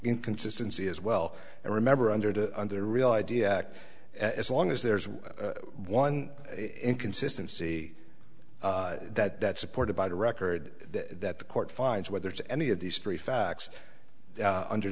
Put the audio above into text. inconsistency as well and remember under the under the real idea as long as there's one inconsistency that that supported by the record that the court finds whether it's any of these three facts under